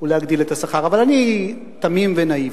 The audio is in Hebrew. ולהגדיל את השכר, אבל אני תמים ונאיבי.